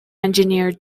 engineer